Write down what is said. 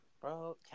Bro